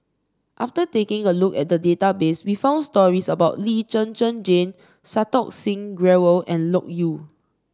after taking a look at the database we found stories about Lee Zhen Zhen Jane Santokh Singh Grewal and Loke Yew